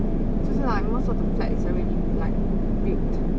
就是 like most of the flats is already like built